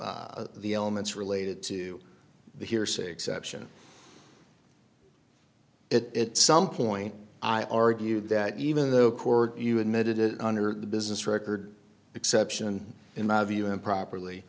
to the elements related to the hearsay exception it some point i argued that even though court you admitted it under the business record exception in my view improperly